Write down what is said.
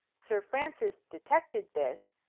sir francis detected this,